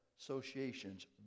associations